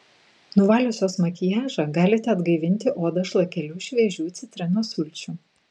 nuvaliusios makiažą galite atgaivinti odą šlakeliu šviežių citrinos sulčių